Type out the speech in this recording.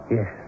Yes